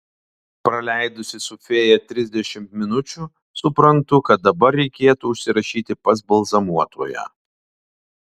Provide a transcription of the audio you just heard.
praleidusi su fėja trisdešimt minučių suprantu kad dabar reikėtų užsirašyti pas balzamuotoją